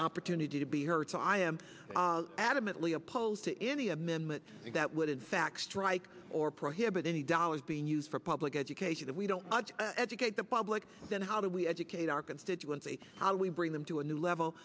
opportunity to be heard so i am adamantly opposed to any amendment that would in fact strike or prohibit any dollars being used for public education that we don't educate the public then how we educate our constituency how we bring them to a new level